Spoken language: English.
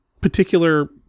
particular